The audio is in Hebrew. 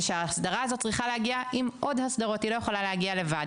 שההסדרה הזאת צריכה להגיע עם עוד הסדרות היא לא יכול להגיע לבד.